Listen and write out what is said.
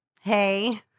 Hey